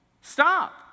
Stop